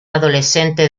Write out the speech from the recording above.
adolescente